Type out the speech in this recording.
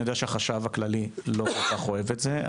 אני יודע שהחשב הכללי לא כל כך אוהב את זה,